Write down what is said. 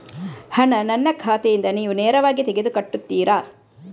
ಹಣ ನನ್ನ ಖಾತೆಯಿಂದ ನೀವು ನೇರವಾಗಿ ತೆಗೆದು ಕಟ್ಟುತ್ತೀರ?